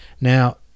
Now-